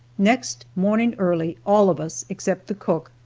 next morning early, all of us, except the cook,